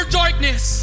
darkness